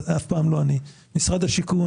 אף פעם לא אני משרד השיכון,